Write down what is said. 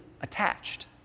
attached